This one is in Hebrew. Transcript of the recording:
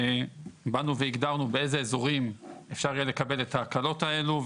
באנו והגדרנו באיזה אזורים אפשר יהיה לקבל את ההקלות האלה.